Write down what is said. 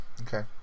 Okay